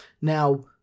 Now